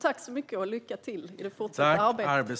Tack så mycket och lycka till i det fortsatta arbetet!